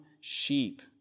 sheep